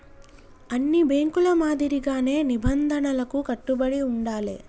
అన్ని బ్యేంకుల మాదిరిగానే నిబంధనలకు కట్టుబడి ఉండాలే